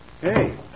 Hey